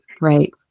Right